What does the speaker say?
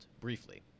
briefly